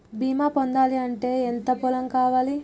బీమా పొందాలి అంటే ఎంత పొలం కావాలి?